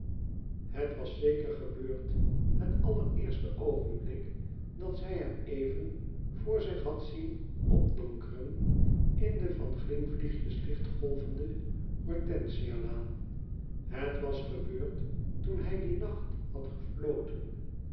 het was zeker gebcurd het allereerste oogenblik dat zij hem even voor zich had zien opdonkeren in de van glimvliegjes lichtgolvende hortensia laan het was gebeurd toen hij dien nacht had gefloten